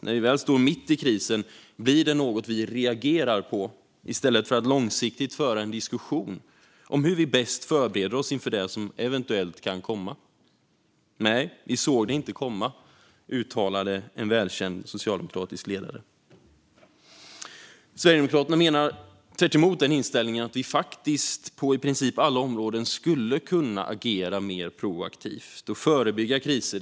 När vi väl står mitt i krisen blir den något vi reagerar på i stället för att långsiktigt föra en diskussion om hur vi bäst förbereder oss inför det som eventuellt kan komma. Nej, "vi såg det inte komma", uttalade en välkänd socialdemokratisk ledare. Sverigedemokraterna menar tvärtom att vi faktiskt på i princip alla områden skulle kunna agera mer proaktivt och förebygga kriser.